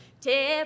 Tip